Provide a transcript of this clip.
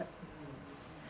mm mm mm